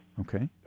Okay